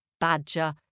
badger